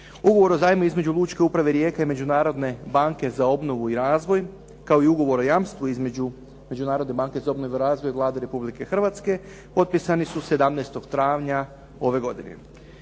Ugovor o zajmu između Lučke uprave Rijeka i Međunarodne banke za obnovu i razvoj kao i Ugovor o jamstvu između Međunarodne banke za obnovu i razvoj i Vlade Republike Hrvatske potpisani su 17. travnja ove godine.